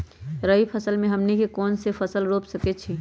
रबी फसल में हमनी के कौन कौन से फसल रूप सकैछि?